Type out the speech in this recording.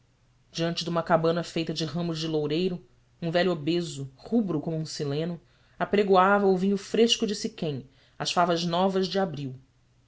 de uma cabana feita de ramos de loureiro um velho obeso rubro como um sileno apregoava o vinho fresco de siquém as favas novas de abril